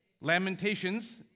Lamentations